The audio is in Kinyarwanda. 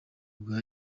bwa